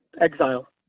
exile